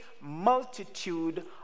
multitude